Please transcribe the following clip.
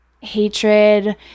hatred